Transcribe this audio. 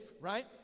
right